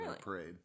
Parade